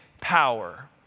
power